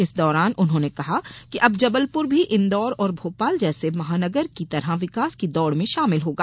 इस दौरान उन्होंने कहा कि अब जबलपुर भी इंदौर और भोपाल जैसे महानगर की तरह विकास की दौड़ में शामिल होगा